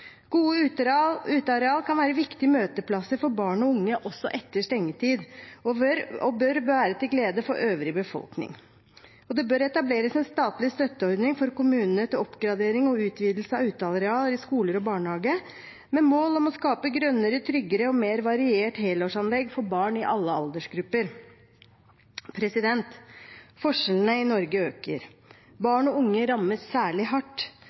Gode utearealer kan være viktige møteplasser for barn og unge også etter stengetid og bør være til glede for øvrig befolkning. Det bør etableres en statlig støtteordning for kommunene til oppgradering og utvidelse av uteareal i skoler og barnehager, med mål om å skape grønnere, tryggere og mer varierte helårsanlegg for barn i alle aldersgrupper. Forskjellene i Norge øker. Barn og unge rammes særlig hardt.